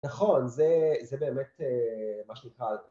נכון, זה באמת מה שנקרא...